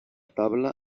tabla